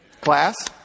Class